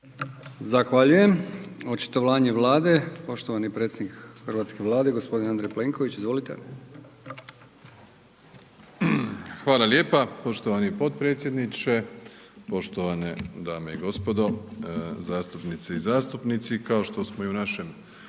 Zahvaljujem. Očitovanje Vlade, poštovani predsjednik Hrvatske vlade gospodin Andrej Plenković. Izvolite. **Plenković, Andrej (HDZ)** Hvala lijepa poštovani potpredsjedniče. Poštovane dame i gospodo, zastupnice i zastupnici, kao što smo i u našem